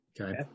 Okay